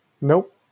Nope